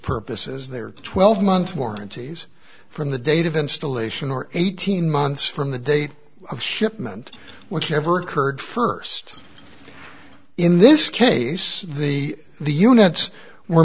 purposes they are twelve month warranties from the date of installation or eighteen months from the date of shipment whichever occurred first in this case the the units were